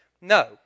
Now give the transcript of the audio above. No